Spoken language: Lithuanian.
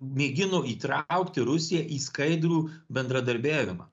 mėgino įtraukti rusiją į skaidrų bendradarbiavimą